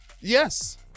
Yes